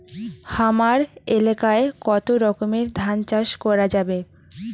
হামার এলাকায় কতো রকমের ধান চাষ করা যাবে?